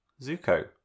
Zuko